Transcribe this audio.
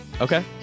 Okay